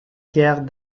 pierre